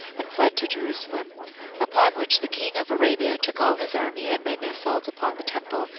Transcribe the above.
and fled to jerusalem upon which the king of arabia took all his army, and made an assault upon the temple,